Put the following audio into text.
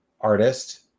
artist